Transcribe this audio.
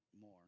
more